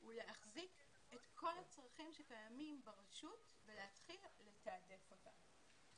הוא להחזיק את כל הצרכים שקיימים ברשות ולהתחיל לתעדף אותם.